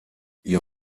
ihr